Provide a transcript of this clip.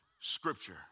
Scripture